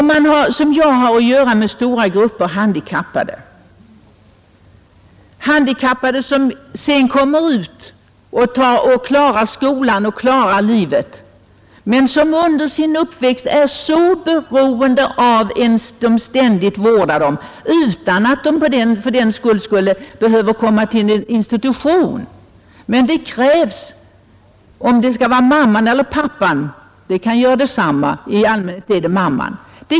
Har man som jag att göra med stora grupper handikappade, handikappade som sedan kommer ut och klarar skolan och klarar livet men som under sin uppväxttid är så beroende av ständig vård utan att fördenskull behöva komma till en institution, vet man att det krävs ständig tillsyn — om det skall vara av mamman eller pappan kan göra detsamma.